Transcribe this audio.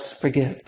forgive